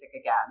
again